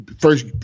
first